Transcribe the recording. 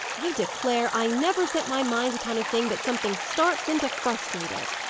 i declare i never set my mind upon a thing but something starts in to frustrate it!